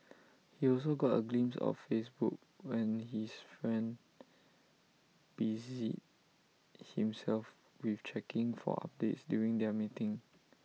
he also got A glimpse of Facebook when his friend busied himself with checking for updates during their meeting